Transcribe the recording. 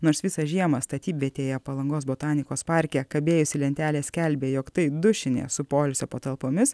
nors visą žiemą statybvietėje palangos botanikos parke kabėjusi lentelė skelbė jog tai dušinė su poilsio patalpomis